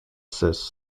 says